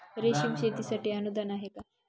रेशीम शेतीसाठी अनुदान आहे का?